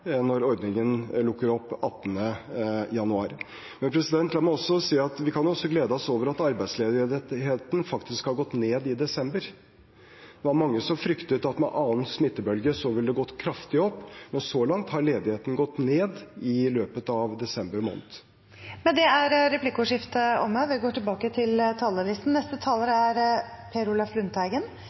når ordningen lukker opp 18. januar. Men la meg også si at vi kan glede oss over at arbeidsledigheten faktisk har gått ned i desember. Det var mange som fryktet at med den andre smittebølgen ville den gå kraftig opp, men så langt har ledigheten gått ned i løpet av desember måned. Replikkordskiftet er omme.